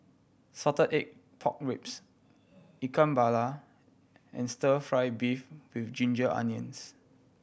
salted egg pork ribs Ikan Bakar and Stir Fry beef with ginger onions